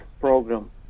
program